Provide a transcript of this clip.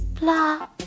Blah